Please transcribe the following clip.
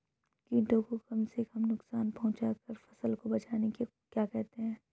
कीटों को कम से कम नुकसान पहुंचा कर फसल को बचाने को क्या कहते हैं?